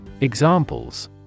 Examples